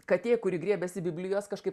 katė kuri griebiasi biblijos kažkaip